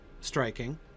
striking